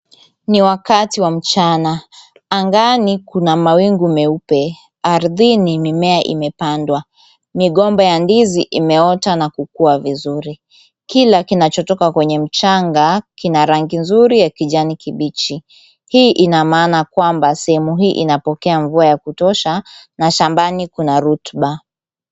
Ni wakati wa mchana, angani kuna mawingu meupe, ardhini mimea imepandwa. Migomba ya ndizi imeota na kukua vizuri. Kile kinachotoka kwenye mchanga kina rangi nzuri ya kijani kibichi. Hii ina maana kwamba sehemu hii inapokea mvua ya kutosha na shambani kuna rotuba.